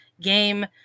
game